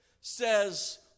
says